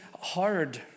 hard